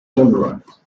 tolerant